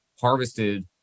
harvested